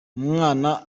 umwana